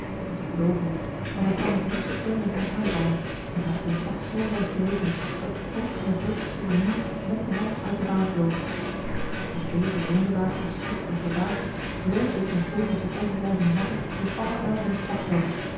maar zij bedrogen zich want hij kwam met losse toom op hen aanvallen en had zijn slag zo juist berekend dat het hoofd van de voorste soldenier met de helm uit de baan vloog door deze wonderdaad verschrikt en verbaasd vlood de st pol met zijn overblijvende makker in allerijl van het slagveld